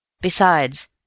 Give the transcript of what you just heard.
Besides